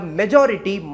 majority